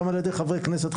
גם על ידי חברי כנסת,